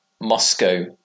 moscow